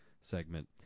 segment